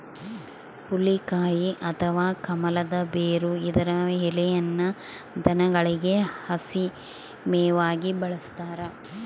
ಹುಲಿಕಾಯಿ ಅಥವಾ ಕಮಲದ ಬೇರು ಇದರ ಎಲೆಯನ್ನು ದನಗಳಿಗೆ ಹಸಿ ಮೇವಾಗಿ ಬಳಸ್ತಾರ